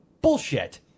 Bullshit